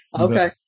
Okay